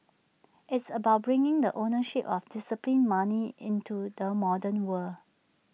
it's about bringing the ownership of disciplined money into the modern world